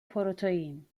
پروتئین